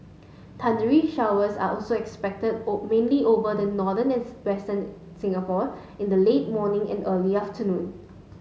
thundery showers are also expected old mainly over the northern and western Singapore in the late morning and early afternoon